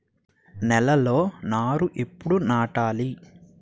నేలలో నారు ఎప్పుడు నాటాలి?